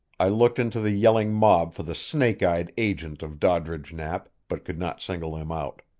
i looked into the yelling mob for the snake-eyed agent of doddridge knapp, but could not single him out.